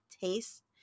taste